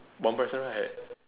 one person right